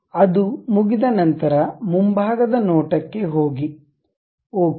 ಅದು ಮುಗಿದ ನಂತರ ಮುಂಭಾಗದ ನೋಟಕ್ಕೆ ಹೋಗಿ ಓಕೆ